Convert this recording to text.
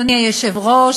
אדוני היושב-ראש,